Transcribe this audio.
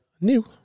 New